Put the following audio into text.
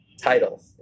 title